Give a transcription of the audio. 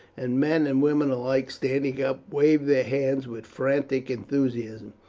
and men and women alike standing up waved their hands with frantic enthusiasm.